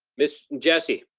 miss jessie.